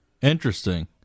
Interesting